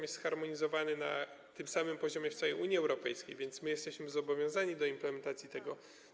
Jest to zharmonizowane na tym samym poziomie w całej Unii Europejskiej, więc my jesteśmy zobowiązani do implementacji tego.